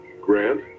Grant